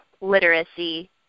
Literacy